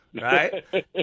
Right